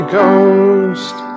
Ghost